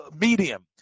medium